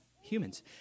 Humans